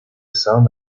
sound